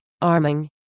arming